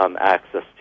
Access